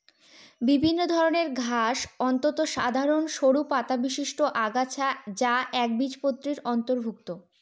বিভিন্ন ধরনের ঘাস অত্যন্ত সাধারন সরু পাতাবিশিষ্ট আগাছা যা একবীজপত্রীর অন্তর্ভুক্ত